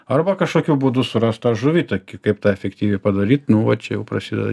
arba kažkokiu būdu surast tą žuvį tik kaip tą fiktyviai padaryt nu va čia jau prasideda